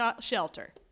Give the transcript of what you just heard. shelter